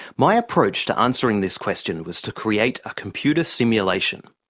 my approach to answering this question was to create a computer simulation.